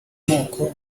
moko